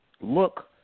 look